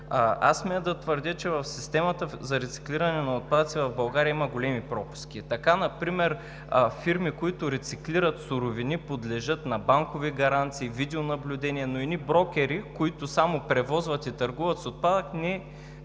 Аз смея да твърдя, че в системата за рециклиране на отпадъци в България има големи пропуски. Така например фирми, които рециклират суровини, подлежат на банкови гаранции, видеонаблюдение, но едни брокери, които само превозват и търгуват с отпадък, не